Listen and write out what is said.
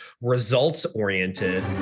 results-oriented